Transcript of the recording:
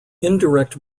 indirect